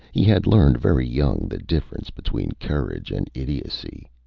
he had learned very young the difference between courage and idiocy.